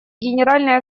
генеральной